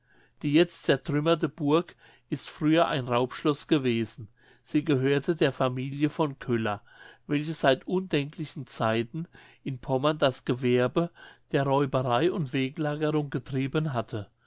die jetzt zertrümmerte burg ist früher ein raubschloß gewesen sie gehörte der familie von köller welche seit undenklichen zeiten in pommern das gewerbe der räuberei und wegelagerung getrieben hatte